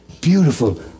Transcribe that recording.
beautiful